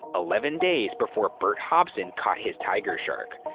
eleven days before bert hobson caught his tiger shark.